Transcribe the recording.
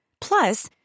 Plus